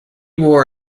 wore